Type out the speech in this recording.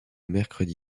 mercredi